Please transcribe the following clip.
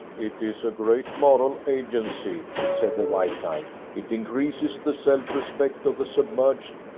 it is a great moral agency, said the white knight. it increases the self-respect of the submerged,